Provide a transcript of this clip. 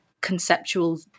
conceptual